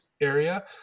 area